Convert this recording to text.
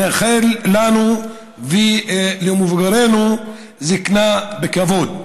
נאחל לנו ולמבוגרינו זקנה בכבוד.